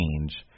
change